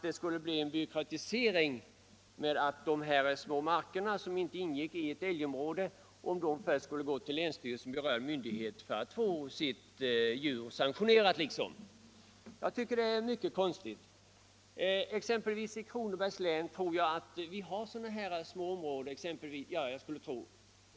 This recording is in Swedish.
Det skulle bli en byråkratisering om ägarna av små marker som inte ingår i ett älgjaktsområde först skulle få vända sig till berörda myndigheter för att så att säga få sitt djur sanktionerat. Jag tycker det är mycket konstigt. I exempelvis Kronobergs län har vi ca 200 sådana små områden, skulle jag tro.